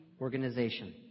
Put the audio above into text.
organization